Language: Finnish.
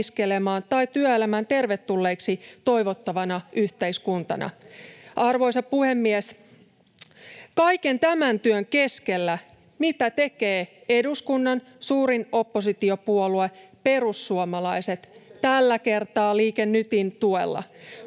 tai työelämään tervetulleiksi toivottavana yhteiskuntana. Arvoisa puhemies! Kaiken tämän työn keskellä, mitä tekee eduskunnan suurin oppositiopuolue perussuomalaiset, tällä kertaa Liike Nytin tuella?